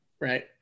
Right